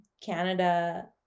Canada